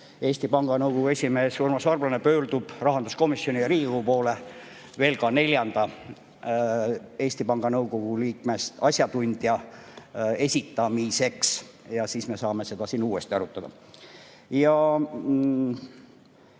Eesti Panga Nõukogu esimees Urmas Varblane pöördub rahanduskomisjoni ja Riigikogu poole veel ka neljanda Eesti Panga Nõukogu liikmest asjatundja esitamiseks ja me saame seda siin uuesti